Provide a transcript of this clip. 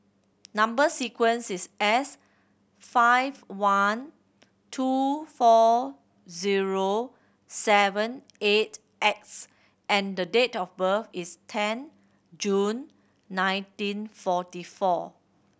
number sequence is S five one two four zero seven eight X and the date of birth is ten June nineteen forty four